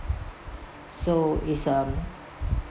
so is um